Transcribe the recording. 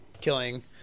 killing